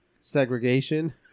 segregation